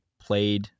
played